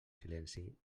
silenci